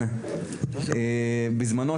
בזמנו,